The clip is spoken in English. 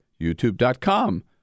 youtube.com